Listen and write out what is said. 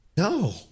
No